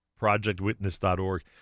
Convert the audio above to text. projectwitness.org